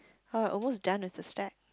uh almost done with the stack